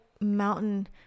mountain